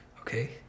Okay